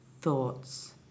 thoughts